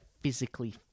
physically